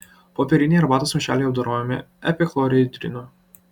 popieriniai arbatos maišeliai apdorojami epichlorhidrinu